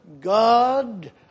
God